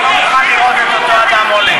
אני לא מוכן לראות את אותו אדם עולה.